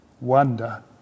wonder